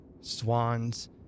swans